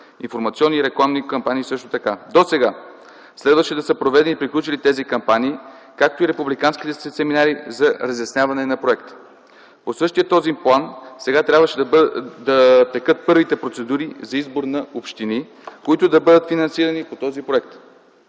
информационни и рекламни кампании – също така. Досега следваше да са се провели и приключили тези кампании, както и републиканските семинари за разясняване на проекта. По същия този план сега трябваше да текат първите процедури за избор на общини, които да бъдат финансирани по този проект.